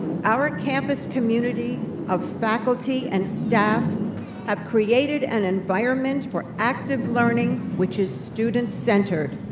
our campus community of faculty and staff have created an environment for active learning, which is student centered.